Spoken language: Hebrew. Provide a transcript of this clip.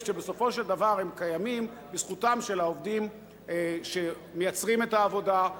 שבסופו של דבר הם קיימים בזכותם של העובדים שמייצרים את העבודה,